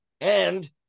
And-